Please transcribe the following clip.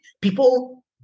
people